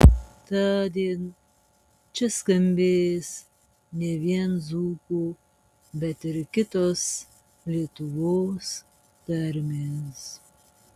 tądien čia skambės ne vien dzūkų bet ir kitos lietuvos tarmės